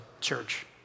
church